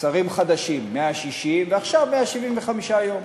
שרים חדשים, 160, ועכשיו 175 יום.